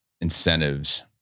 incentives